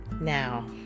now